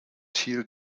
teal